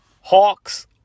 Hawks